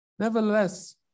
Nevertheless